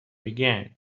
began